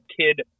kid